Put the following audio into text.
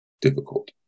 difficult